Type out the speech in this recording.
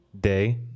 Day